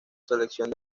selección